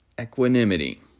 Equanimity